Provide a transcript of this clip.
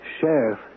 Sheriff